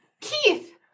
Keith